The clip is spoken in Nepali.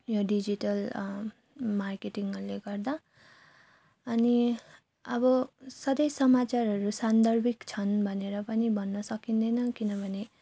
यो डिजिटल मार्केटिङहरूले गर्दा अनि अब सधैँ समाचारहरू सान्दर्भिक छन् भनेर पनि भन्न सकिँदैन किनभने